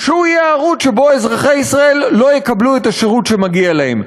שהוא יהיה הערוץ שבו אזרחי ישראל לא יקבלו את השירות שמגיע להם.